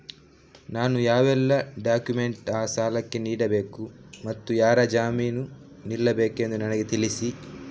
ನಾನು ಯಾವೆಲ್ಲ ಡಾಕ್ಯುಮೆಂಟ್ ಆ ಸಾಲಕ್ಕೆ ನೀಡಬೇಕು ಮತ್ತು ಯಾರು ಜಾಮೀನು ನಿಲ್ಲಬೇಕೆಂದು ನನಗೆ ತಿಳಿಸಿ?